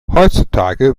heutzutage